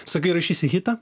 sakai rašysi hitą